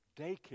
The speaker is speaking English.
daycare